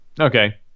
okay